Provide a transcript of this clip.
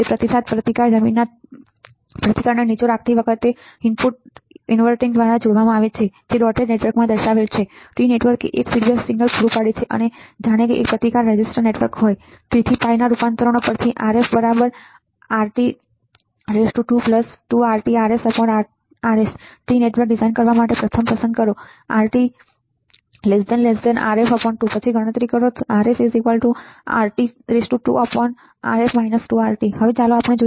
પ્રતિસાદ પ્રતિકાર જમીનના પ્રતિકારને નીચો રાખતી વખતે ઇનવર્ટિંગ ઇનપુટ દ્વારા જોવામાં આવે છે ડોટેડ નેટવર્કમાં દર્શાવેલ છે • T નેટવર્ક એક ફીડબેક સિગ્નલ પૂરું પાડે છે જાણે કેએક પ્રતિસાદ રેઝિસ્ટર નેટવર્ક હોય T થી π રૂપાંતરણો પરથી Rf Rt2 2RtRsRs T network design કરવા માટે પ્રથમ પસંદ કરો Rt Rf2 પછી ગણતરી કરો Rs Rt2 Rf 2Rt હવે ચાલો જોઈએ